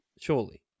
surely